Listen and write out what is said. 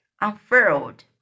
unfurled